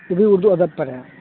جی اردو ادب پر ہے